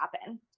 happen